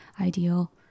ideal